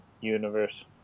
universe